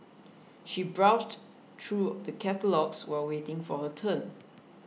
she browsed through the catalogues while waiting for her turn